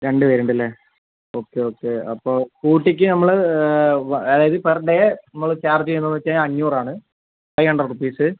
രണ്ടുപേരുണ്ടല്ലേ okay okay അപ്പോൾ സ്കൂട്ടിക്ക് നമ്മൾ അതായത് പെർ ഡേ നമ്മൾ ചാർജ് ചെയ്യുന്നതെന്നുവെച്ചാൽ അഞ്ഞൂറ് ആണ് ഫൈവ് ഹണ്ട്രഡ് റുപീസ്